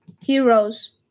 Heroes